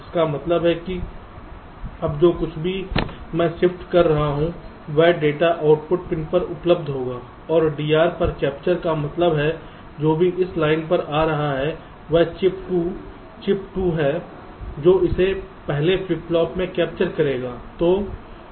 जिसका मतलब है कि अब जो कुछ भी मैं शिफ्ट कर रहा हूं वह डेटा आउटपुट पिन पर उपलब्ध होगा और DR पर कैप्चर का मतलब है जो भी इस लाइन पर आ रहा है यह चिप 2 चिप 2 है जो इसे पहले फ्लिप फ्लॉप में कैप्चर करेगा